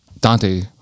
Dante